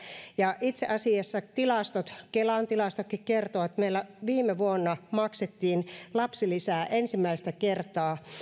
itse asiassa tilastot kelan tilastotkin kertovat että meillä viime vuonna maksettiin lapsilisää ensimmäistä kertaa